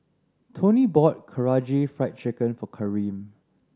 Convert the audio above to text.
Toni bought Karaage Fried Chicken for Karim